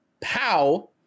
Pow